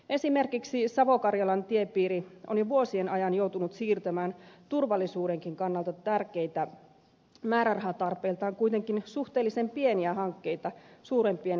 esimerkiksi savo karjalan tiepiiri on jo vuosien ajan joutunut siirtämään turvallisuudenkin kannalta tärkeitä määrärahatarpeiltaan kuitenkin suhteellisen pieniä hankkeita suurempien kärkihankkeiden tieltä